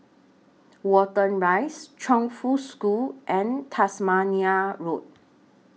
Watten Rise Chongfu School and Tasmania Road